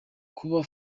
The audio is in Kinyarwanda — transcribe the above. kuba